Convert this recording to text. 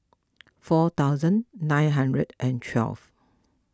four thousand nine hundred and twelve